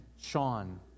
Sean